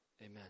Amen